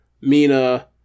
Mina